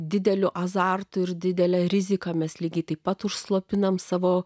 dideliu azartu ir didelę riziką mes lygiai taip pat užslopiname savo